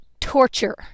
torture